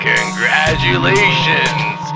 Congratulations